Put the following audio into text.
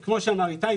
כמו שאמר איתי,